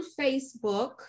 Facebook